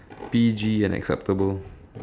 P_G and acceptable